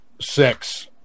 six